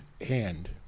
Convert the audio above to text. hand